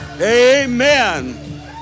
Amen